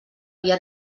via